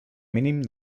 mínim